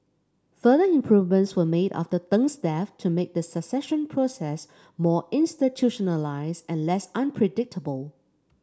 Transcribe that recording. further improvements were made after Deng's death to make the succession process more institutionalised and less unpredictable